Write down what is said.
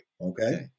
Okay